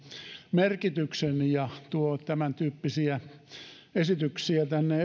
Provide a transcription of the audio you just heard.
merkityksen ja tuo tämäntyyppisiä esityksiä tänne